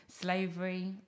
slavery